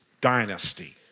dynasty